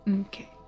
okay